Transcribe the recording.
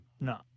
No